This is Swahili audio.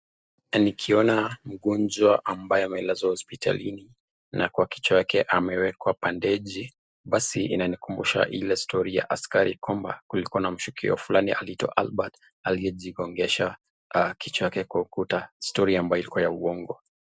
Na nikiona mgonjwa ambaye amelazwa hospitalini na kwa kichwa yake amewekwa bandeji, basi inanikumbusha ile story ya askari kwamba kulikuwa na mshukiwa fulani aliitwa Albert aliyejigongesha kichwa yake kwa ukuta, story ambayo ilikuwa ya uongo.